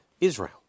Israel